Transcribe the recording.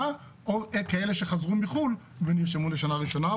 או כאלה שחזרו מחו"ל ונרשמו לשנה ראשונה.